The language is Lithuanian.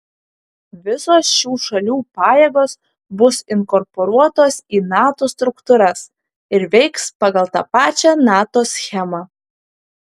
visos šių šalių pajėgos bus inkorporuotos į nato struktūras ir veiks pagal tą pačią nato schemą